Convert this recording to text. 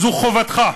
זו חובתך.